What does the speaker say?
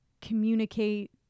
communicate